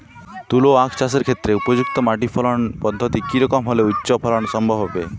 তুলো আঁখ চাষের ক্ষেত্রে উপযুক্ত মাটি ফলন পদ্ধতি কী রকম হলে উচ্চ ফলন সম্ভব হবে?